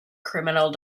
criminal